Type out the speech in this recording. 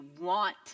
want